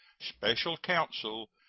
special counsel,